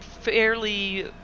fairly